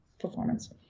performance